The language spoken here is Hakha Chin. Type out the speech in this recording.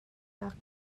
nak